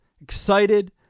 Excited